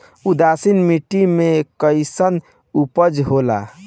उदासीन मिट्टी में कईसन उपज होला?